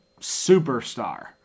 superstar